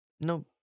No